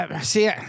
See